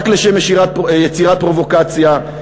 רק לשם יצירת פרובוקציה,